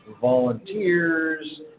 volunteers